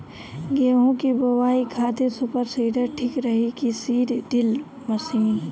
गेहूँ की बोआई खातिर सुपर सीडर ठीक रही की सीड ड्रिल मशीन?